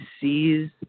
sees